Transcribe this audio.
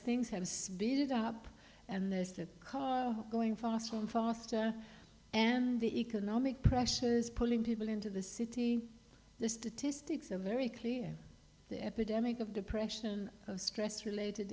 things have been it up and there's a car going faster and faster and the economic pressures pulling people into the city the statistics are very clear the epidemic of depression of stress related